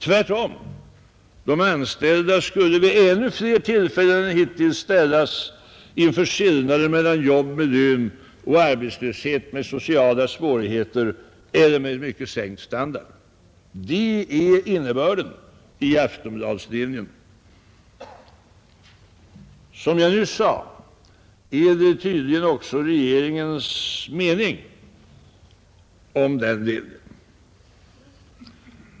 Tvärtom, de anställda skulle då vid ännu fler tillfällen än hittills ställas inför skillnaden mellan jobb med lön och arbetslöshet med sociala svårigheter eller med en mycket sänkt standard. Det är innebörden i Aftonbladslinjen. Som jag nyss sade är detta tydligen också regeringens mening om den linjen.